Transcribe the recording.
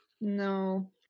No